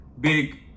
Big